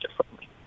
differently